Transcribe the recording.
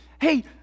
Hey